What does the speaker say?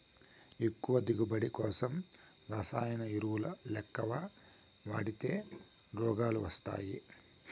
ఎక్కువ దిగువబడి కోసం రసాయన ఎరువులెక్కవ వాడితే రోగాలు వస్తయ్యి